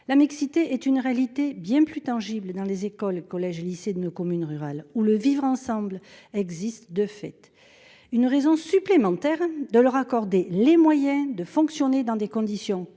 la mixité est une réalité bien plus tangibles dans les écoles, collèges et lycées de nos communes rurales où le vivre-ensemble existe de fait une raison supplémentaire de leur accorder les moyens de fonctionner dans des conditions